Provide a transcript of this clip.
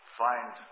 find